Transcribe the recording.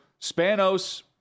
spanos